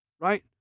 right